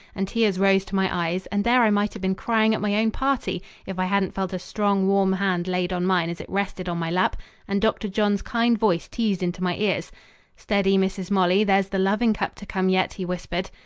and tears rose to my eyes, and there i might have been crying at my own party if i hadn't felt a strong warm hand laid on mine as it rested on my lap and dr. john's kind voice teased into my ears steady, mrs. molly, there's the loving-cup to come yet, he whispered.